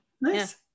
Nice